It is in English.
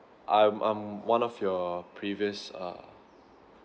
I'm I'm one of your previous err